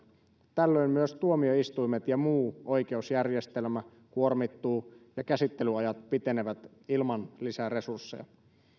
tällöin myös tuomioistuimet ja muu oikeusjärjestelmä kuormittuvat ja käsittelyajat pitenevät ilman lisäresursseja